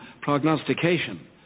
prognostication